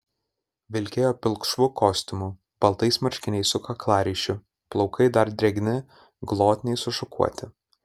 vilkėjo pilkšvu kostiumu baltais marškiniais su kaklaryšiu plaukai dar drėgni glotniai sušukuoti